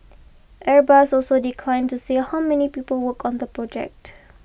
airbus also declined to say how many people work on the project